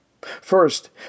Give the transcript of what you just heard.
First